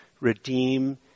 redeem